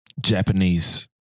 Japanese